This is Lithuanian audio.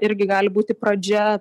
irgi gali būti pradžia